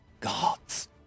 gods